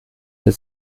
der